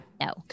No